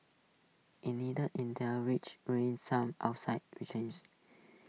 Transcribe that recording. indeed Intel's rich some outside rechange